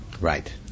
Right